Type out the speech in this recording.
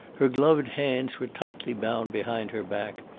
her gloved hands were tightly bound behind her back,